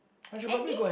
I should probably go and